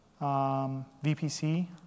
VPC